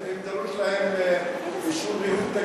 אבל אם דרוש להם אישור ניהול תקין,